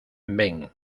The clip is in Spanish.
ven